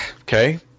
okay